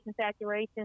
saturation